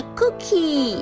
cookie